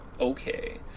okay